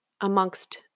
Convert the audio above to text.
amongst